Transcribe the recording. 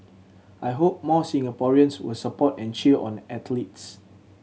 I hope more Singaporeans will support and cheer on our athletes